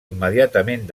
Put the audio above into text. immediatament